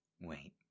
Wait